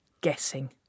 guessing